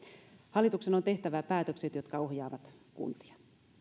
hallituksen on tehtävä päätökset jotka ohjaavat kuntia